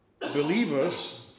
believers